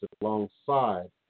alongside